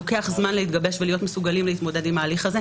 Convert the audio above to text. לוקח זמן להתגבש ולהיות מסוגלים להתמודד עם ההליך הזה.